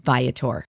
Viator